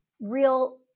real